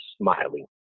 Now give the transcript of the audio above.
smiling